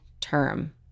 term